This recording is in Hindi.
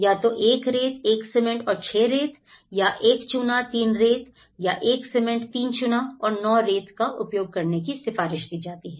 या तो 1 रेत 1 सीमेंट और 6 रेत या 1 चुना 3 रेत या 1 सीमेंट 3 चुना और 9 रेत का उपयोग करने की सिफारिश दी जाती है